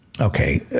Okay